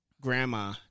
Grandma